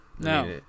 No